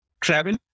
travel